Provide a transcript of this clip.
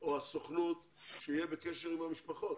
או מטעם הסוכנות שיהיה בקשר עם המשפחות.